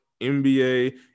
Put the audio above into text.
NBA